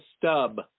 stub